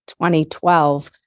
2012